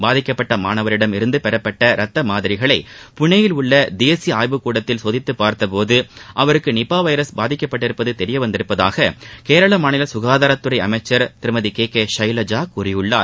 பாதிக்கப்பட்ட மாணவரிடம் இருந்து பெறப்பட்ட ரத்த மாதிரிகளை புனேயில் உள்ள தேசிய ஆய்வுக் கூடத்தில் சோதித்து பார்த்தபோது அவருக்கு நிபா வைரஸ் பாதிக்கப்பட்டிருப்பது தெரிய வந்திருப்பதுக கேரள மாநில சுகாதாரத்துறை அமைச்சர் திருமதி கே கே ஷைலஜா கூறியுள்ளார்